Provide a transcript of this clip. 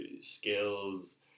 skills